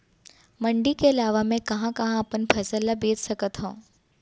मण्डी के अलावा मैं कहाँ कहाँ अपन फसल ला बेच सकत हँव?